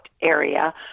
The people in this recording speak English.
area